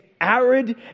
arid